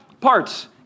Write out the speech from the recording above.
Parts